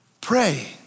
Pray